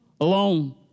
alone